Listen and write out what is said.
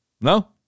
No